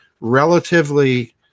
relatively